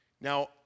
Now